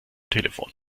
telefon